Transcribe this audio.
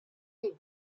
les